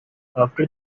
after